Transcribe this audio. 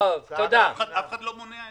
אף אחד לא מונע את זה.